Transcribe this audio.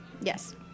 Yes